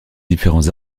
différents